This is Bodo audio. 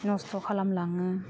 नस्थ' खालामलाङो